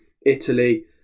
Italy